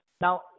Now